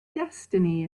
destiny